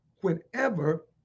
whenever